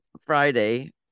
Friday